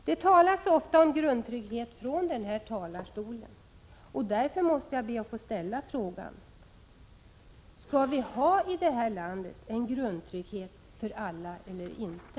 Det talas ofta om grundtrygghet från denna talarstol, och därför måste jag be att få ställa frågan: Skall vi i detta land ha en grundtrygghet för alla eller inte?